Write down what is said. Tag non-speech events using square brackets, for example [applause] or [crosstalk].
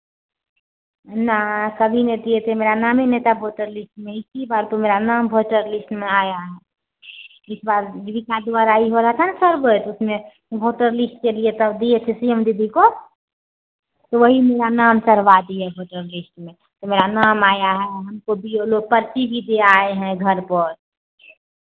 नय कभी नहीं दिए थे मेरा नाम ही नहीं था वोटर लिस्ट में इसी बार तो मेरा नाम वोटर लिस्ट में आया है इस बार [unintelligible] द्वारा ई हो रहा था ना सर्वे तो उसमें वोटर लिस्ट के लिए तब दिए थे सी एम दीदी को तो वही मेरा नाम चढ़वा दिए वोटर लिस्ट में तो मेरा नाम आया है हमको भी ओ लोग पर्ची भी दे आए हैं घर पर